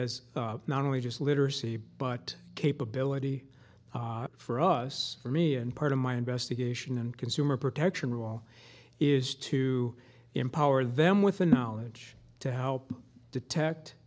as not only just literacy but capability for us for me and part of my investigation and consumer protection rule is to empower them with the knowledge to help detect